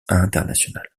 internationale